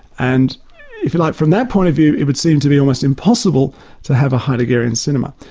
and if you like, from that point of view it would seem to be almost impossible to have a heideggerian cinema.